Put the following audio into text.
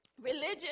religion